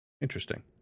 Interesting